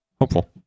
hopeful